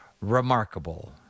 remarkable